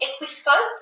equiscope